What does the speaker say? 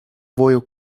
vojo